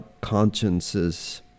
consciences